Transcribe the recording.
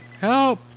help